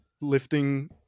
lifting